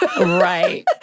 Right